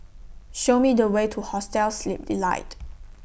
Show Me The Way to Hostel Sleep Delight